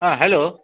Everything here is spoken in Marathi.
हा हॅलो